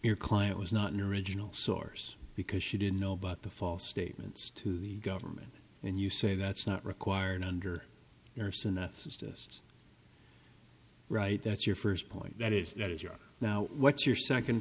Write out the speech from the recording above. your client was not an original source because she didn't know about the false statements to the government and you say that's not required under nurse anesthetists right that's your first point that is that is you're now what's your second